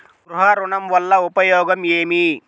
గృహ ఋణం వల్ల ఉపయోగం ఏమి?